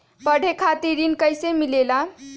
पढे खातीर ऋण कईसे मिले ला?